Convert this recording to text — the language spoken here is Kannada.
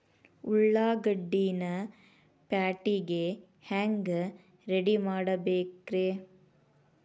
ಉಳ್ಳಾಗಡ್ಡಿನ ಪ್ಯಾಟಿಗೆ ಹ್ಯಾಂಗ ರೆಡಿಮಾಡಬೇಕ್ರೇ?